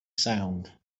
sound